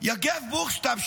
יגב בוכשטב,